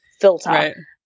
filter